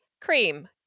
Cream